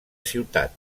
ciutat